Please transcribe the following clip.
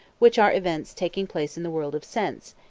which are events taking place in the world of sense,